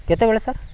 କେତେବେଳେ ସାର୍